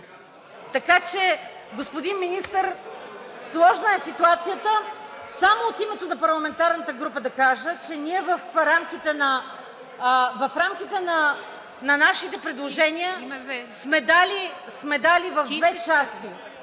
Така че, господин Министър, сложна е ситуацията. Само да кажа от името на парламентарната група, че ние в рамките на нашите предложения сме дали в две части